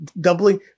doubling